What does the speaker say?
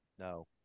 No